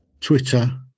Twitter